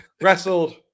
Wrestled